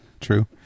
true